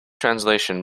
translation